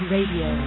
Radio